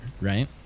right